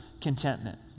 contentment